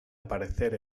aparecer